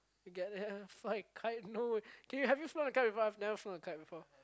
get a fly kite no can you have you flown a kite before I have never flown a kite before